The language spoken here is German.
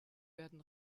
werden